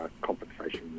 compensation